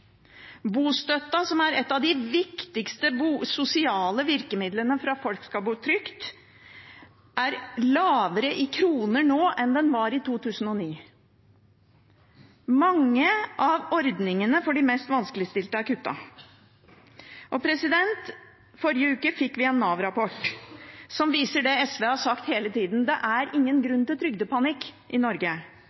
Bostøtten, som er et av de viktigste sosiale virkemidlene for at folk skal bo trygt, er lavere i kroner nå enn den var i 2009. Mange av ordningene for de mest vanskeligstilte er kuttet. Forrige uke fikk vi en Nav-rapport som viser det SV har sagt hele tida: Det er ingen grunn til trygdepanikk i Norge.